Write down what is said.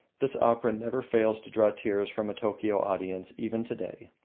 this opera never fails to draw tears from a tokio audience even to-day.